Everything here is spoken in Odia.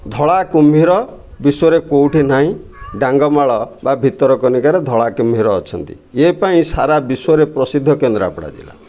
ଧଳା କୁମ୍ଭୀର ବିଶ୍ୱରେ କେଉଁଠି ନାହିଁ ଡାଙ୍ଗମାଳ ବା ଭିତରକନିକାରେ ଧଳା କୁମ୍ଭୀର ଅଛନ୍ତି ଏ ପାଇଁ ସାରା ବିଶ୍ୱରେ ପ୍ରସିଦ୍ଧ କେନ୍ଦ୍ରାପଡ଼ା ଜିଲ୍ଲା